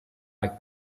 like